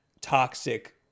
toxic